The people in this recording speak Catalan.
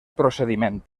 procediment